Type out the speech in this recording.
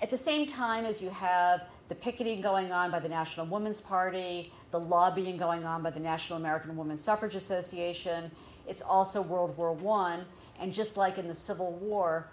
at the same time as you have the picketing going on by the national woman's party the lobbying going on by the national american woman suffrage association it's also world war one and just like in the civil war